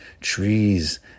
trees